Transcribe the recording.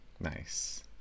Nice